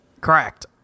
Correct